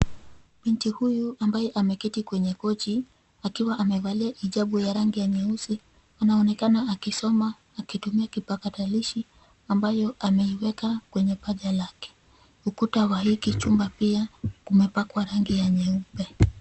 Binti huyu, ambaye ameketi kwenye kochi akiwa amevalia hijabu ya rangi ya nyeusi, anaonekana akisoma akitumia kipakatalishi ambayo ameiweka kwenye paja lake. Ukuta wa hiki chumba pia kumepakwa rangi ya nyeupe.